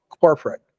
corporate